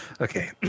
Okay